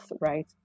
right